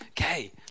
Okay